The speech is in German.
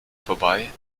vorbei